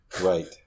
right